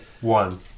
one